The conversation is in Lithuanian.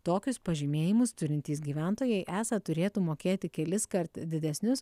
tokius pažymėjimus turintys gyventojai esą turėtų mokėti keliskart didesnius